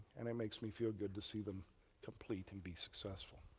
and it makes me feel good to see them complete and be successful.